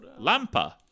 Lampa